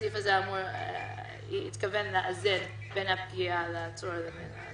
הסעיף הזה מתכוון לאזן בין הפגיעה לצורך